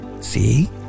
See